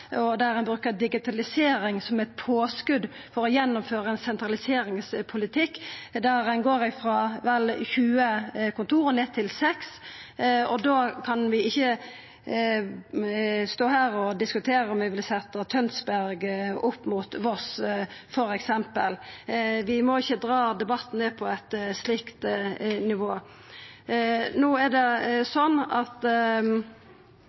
og der ein bruker digitalisering som eit påskot for å gjennomføra ein sentraliseringspolitikk der ein går frå vel 20 kontor og ned til 6. Da kan vi ikkje stå her og diskutera om vi f.eks. vil setja Tønsberg opp mot Voss. Vi må ikkje dra debatten ned på eit slikt nivå. Det